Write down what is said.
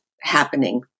happening